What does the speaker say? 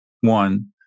one